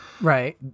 Right